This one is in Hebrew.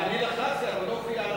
אני לחצתי אבל לא הופיע,